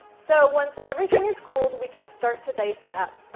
so once everything is cooled, we can start to dice it up.